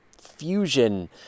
fusion